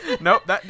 Nope